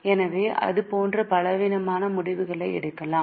எனவே அது போன்ற பலவிதமான முடிவுகளையும் எடுக்கலாம்